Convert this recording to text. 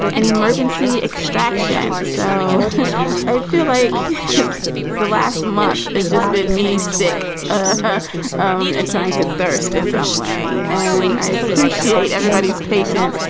an emergency extraction so i feel like the last month has just been me sick ah um and trying to thirst in some way. and i appreciate everybody's patience.